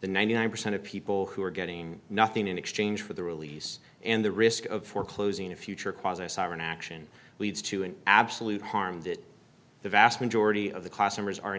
the ninety nine percent of people who are getting nothing in exchange for the release and the risk of foreclosing a future cause i saw in action leads to an absolute harm that the vast majority of the costumers are